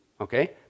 Okay